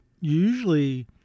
Usually